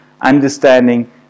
understanding